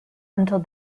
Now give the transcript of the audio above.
until